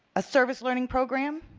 a service-learning program.